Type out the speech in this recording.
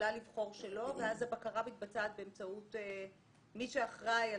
היא יכולה לבחור שלא ואז הבקרה מתבצעת באמצעות מי שאחראי על